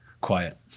quiet